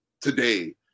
today